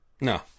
No